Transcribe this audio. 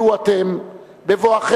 תודה רבה,